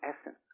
essence